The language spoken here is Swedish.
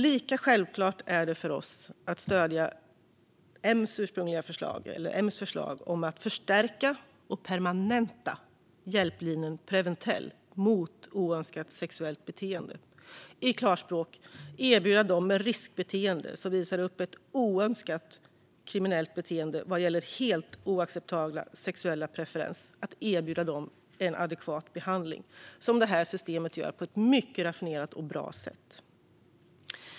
Lika självklart är det för oss att stödja Moderaternas förslag om att förstärka och permanenta hjälplinjen Preventell mot oönskat sexuellt beteende. I klarspråk innebär det att erbjuda dem med riskbeteende, som visar upp ett oönskat kriminellt beteende vad gäller helt oacceptabla sexuella preferenser, en adekvat behandling som detta system gör på ett mycket raffinerat och bra sätt.